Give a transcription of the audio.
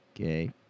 Okay